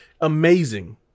amazing